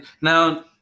now